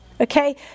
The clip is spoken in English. Okay